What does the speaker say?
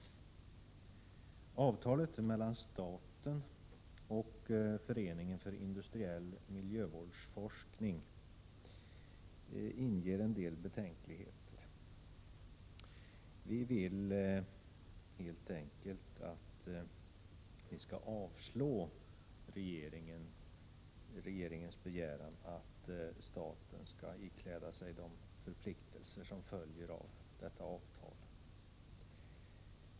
Avtalet mellan staten och Föreningen för industriell miljövårdsforskning inger en del betänkligheter. Vpk vill helt enkelt att riksdagen skall avslå regeringens begäran att staten skall ikläda sig de förpliktelser som följer av detta avtal.